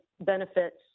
benefits